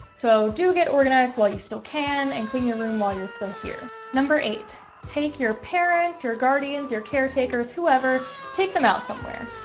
so do get organized while you still can and clean your room while you're still here number eight take your parents your guardians your caretakers. whoever take them out somewhere.